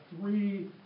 three